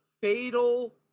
fatal